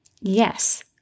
Yes